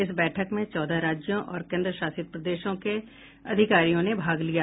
इस बैठक में चौदह राज्यों और कोन्द्रशासित प्रदेशों के अधिकारियों ने भाग लिया